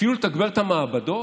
אפילו לתגבר את המעבדות,